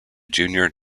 junior